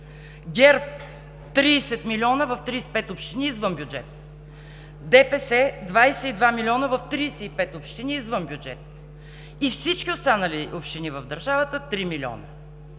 ГЕРБ – 30 милиона в 35 общини, извън бюджета; ДПС – 22 милиона в 35 общини, извън бюджета. Всички останали общини в държавата – 3 милиона.